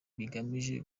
bigamije